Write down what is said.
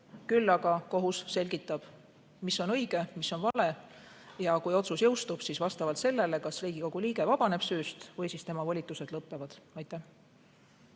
Küll aga kohus selgitab, mis on õige ja mis on vale. Kui otsus jõustub, siis vastavalt sellele Riigikogu liige kas vabaneb süüst või tema volitused lõpevad.